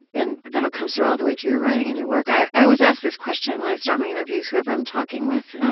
and that all comes through, all the way through your writing and your work. i i always ask this question when i start my interviews, whoever i'm talking with,